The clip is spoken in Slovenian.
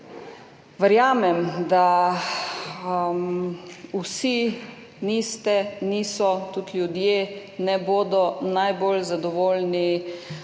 Verjamem, da niste, niso vsi, tudi ljudje ne bodo najbolj zadovoljni